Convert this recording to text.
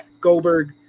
Goldberg